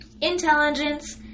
intelligence